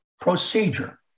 procedure